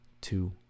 two